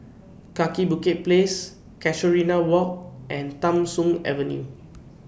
Kaki Bukit Place Casuarina Walk and Tham Soong Avenue